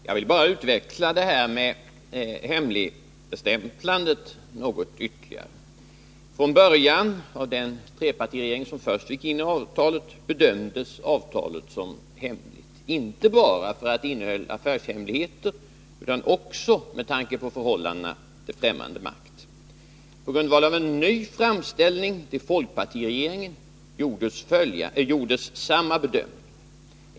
Fru talman! Jag vill bara något ytterligare utveckla frågan om hemligstämplandet. Den trepartiregering som först träffade avtalet bedömde avtalet som hemligt, inte bara för att det innehöll affärshemligheter utan också med tanke på förhållandena till främmande makt. På grundval av en ny framställning till folkpartiregeringen gjordes samma bedömning.